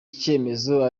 cyemezo